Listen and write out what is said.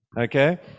Okay